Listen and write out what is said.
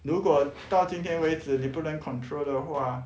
如果到今天为止你不能 control 的话